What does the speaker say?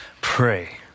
pray